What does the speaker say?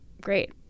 great